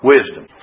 Wisdom